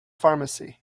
pharmacy